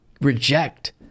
reject